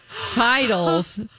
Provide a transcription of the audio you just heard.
titles